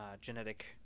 Genetic